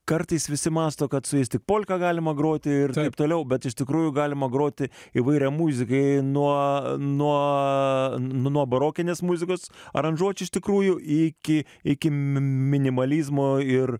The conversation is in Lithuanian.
kartais visi mąsto kad su jais tik polką galima groti ir taip toliau bet iš tikrųjų galima groti įvairią muziką nuo nuo nuo barokinės muzikos aranžuočių iš tikrųjų iki iki mi minimalizmo ir